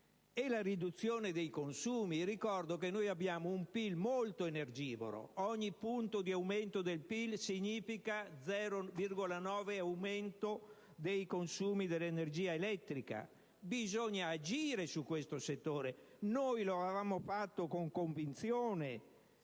e la riduzione dei consumi? Ricordo che abbiamo un PIL molto energivoro. Ogni punto di aumento del PIL significa un aumento dello 0,9 per cento dei consumi di energia elettrica. Bisogna agire su questo settore. Noi l'avevamo fatto con convinzione: